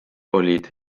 olid